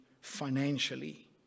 financially